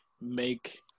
make